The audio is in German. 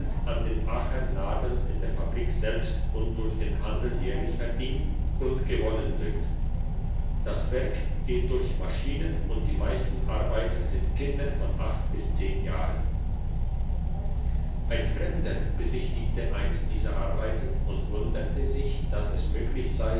an den aachener nadeln in der fabrik selbst und durch den handel jährlich verdient und gewonnen wird das werk geht durch maschinen und die meisten arbeiter sind kinder von acht bis zehn jahren ein fremder besichtigte einst diese arbeiten und wunderte sich dass es möglich sei